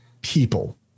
people